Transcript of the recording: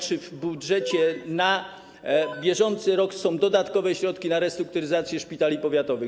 Czy w budżecie na bieżący rok są dodatkowe środki na restrukturyzację szpitali powiatowych?